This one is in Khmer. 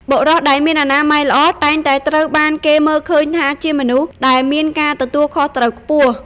បុរសដែលមានអនាម័យល្អ តែងតែត្រូវបានគេមើលឃើញថាជាមនុស្សដែលមានការទទួលខុសត្រូវខ្ពស់។